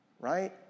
right